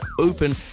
Open